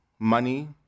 Money